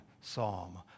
psalm